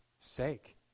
sake